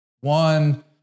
one